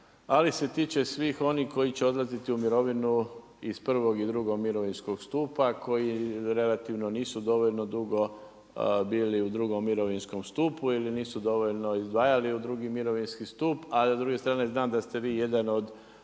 ali se tiče svih onih koji će odlaziti u mirovinu iz prvog i drugog mirovinskog stupa, koji relativno nisu dovoljno dugo bili u drugom mirovinskom stupu ili nisu dovoljno izdvajali u drugi mirovinski stup, a iz druge strane znam da ste vi jedan od